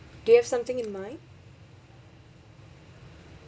do you have something in mind